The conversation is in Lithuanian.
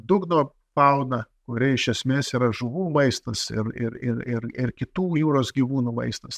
dugno fauną kuri iš esmės yra žuvų maistas ir ir ir ir ir kitų jūros gyvūnų maistas